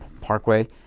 Parkway